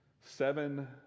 seven